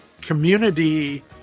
community